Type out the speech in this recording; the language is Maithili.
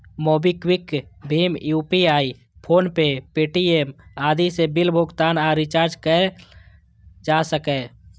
मोबीक्विक, भीम यू.पी.आई, फोनपे, पे.टी.एम आदि सं बिल भुगतान आ रिचार्ज कैल जा सकैए